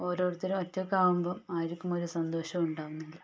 ഓരോരുത്തരും ഒറ്റക്കാകുമ്പോൾ ആർക്കും ഒരു സന്തോഷം ഉണ്ടാവുന്നില്ല